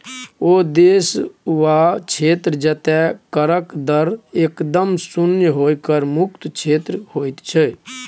ओ देश वा क्षेत्र जतय करक दर एकदम शुन्य होए कर मुक्त क्षेत्र होइत छै